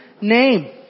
name